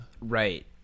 Right